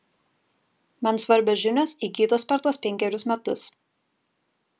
man svarbios žinios įgytos per tuos penkerius metus